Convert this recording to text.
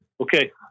Okay